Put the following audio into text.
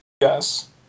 Yes